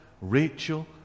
Rachel